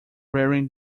wearing